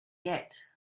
yet